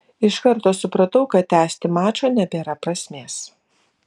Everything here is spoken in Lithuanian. iš karto supratau kad tęsti mačo nebėra prasmės